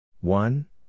One